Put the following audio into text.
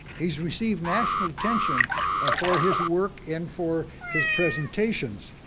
he's received national attention for his work and for his presentations.